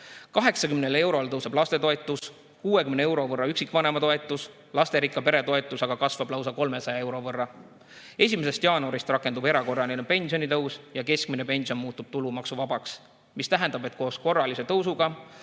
80 eurole tõuseb lastetoetus, 60 euro võrra üksikvanema toetus, lasterikka pere toetus kasvab lausa 300 euro võrra. 1. jaanuarist rakendub erakorraline pensionitõus ja keskmine pension muutub tulumaksuvabaks, mis tähendab, et koos korralise tõusuga